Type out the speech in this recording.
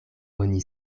oni